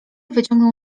wyciągnął